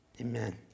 amen